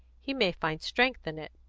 he may find strength in it.